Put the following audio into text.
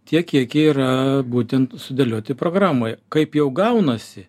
tiek kiek yra būtent sudėlioti programoje kaip jau gaunasi